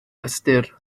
ystyr